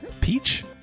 peach